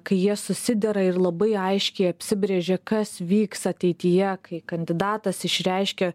kai jie susidera ir labai aiškiai apsibrėžia kas vyks ateityje kai kandidatas išreiškia